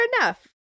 enough